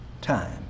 Time